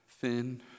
Thin